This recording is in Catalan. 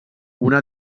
una